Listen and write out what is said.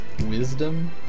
Wisdom